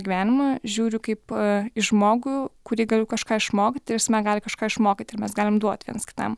gyvenimą žiūriu kaip į žmogų kurį galiu kažką išmokyt ir jis mane gali kažką išmokyt ir mes galim duot viens kitam